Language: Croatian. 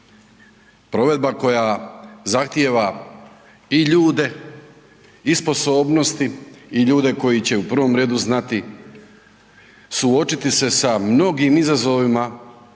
Provedba koja zahtijeva i ljude i sposobnosti i ljude koji će u prvom redu znati suočiti sa mnogim izazovima